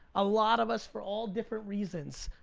a lot of us for all different reasons,